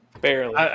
Barely